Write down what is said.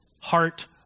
heart